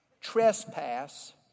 trespass